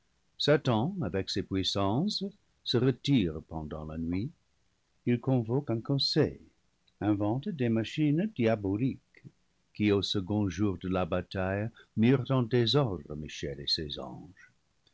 satan avec ses puissances se retire pendant la nuit il convoque un conseil invente des machines diaboliques qui au second jour de la bataille mirent en désordre michel et ses anges